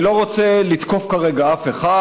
אני לא רוצה לתקוף כרגע אף אחד.